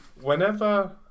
Whenever